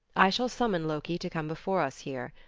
i shall summon loki to come before us here.